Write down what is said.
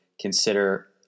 consider